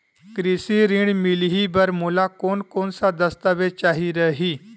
कृषि ऋण मिलही बर मोला कोन कोन स दस्तावेज चाही रही?